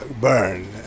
burn